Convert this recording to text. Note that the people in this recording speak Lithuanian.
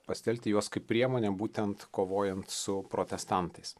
pasitelkti juos kaip priemonę būtent kovojant su protestantais